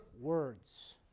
Words